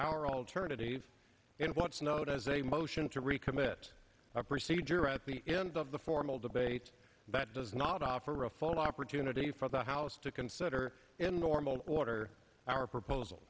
our alternative and what's known as a motion to recommit a procedure at the end of the formal debate that does not offer a full opportunity for the house to consider in normal order our proposal